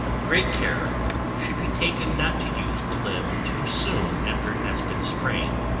great care should be taken not to use the limb too soon after it has been sprained.